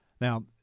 Now